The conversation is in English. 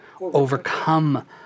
Overcome